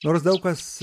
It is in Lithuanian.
nors daug kas